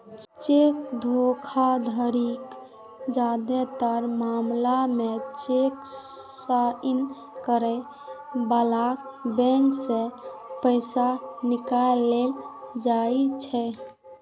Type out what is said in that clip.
cheque धोखाधड़ीक जादेतर मामला मे चेक साइन करै बलाक बैंक सं पैसा निकालल जाइ छै